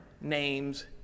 names